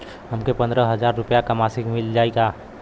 हमके पन्द्रह हजार रूपया क मासिक मिल जाई का?